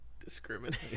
Discriminate